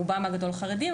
רובם הגדול חרדיים,